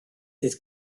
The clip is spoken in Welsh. dydd